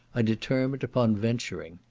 i determined upon venturing.